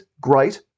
great